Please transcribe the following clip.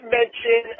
mention